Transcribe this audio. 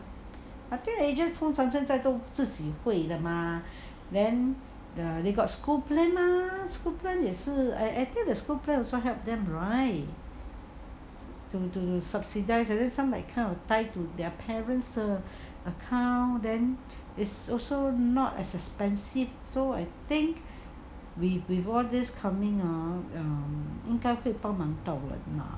teenager 通常现在都自己会的 mah then the they got school plan mah school plan 也是 I feel the school plan also help them right to to subsidise and some like kind of tied to their parents 的 account then is also not as expensive so I think with all this coming ah 因该会帮忙到人 mah